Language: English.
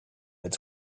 its